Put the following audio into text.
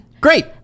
Great